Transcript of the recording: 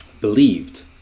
believed